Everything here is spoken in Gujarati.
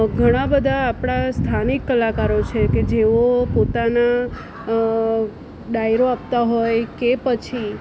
ઘણા બધા આપણા સ્થાનિક કલાકારો છે કે જેઓ પોતાના ડાયરો આપતા હોય કે પછી